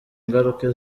ingaruka